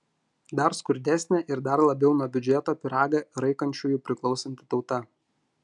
dar skurdesnė ir dar labiau nuo biudžeto pyragą raikančiųjų priklausanti tauta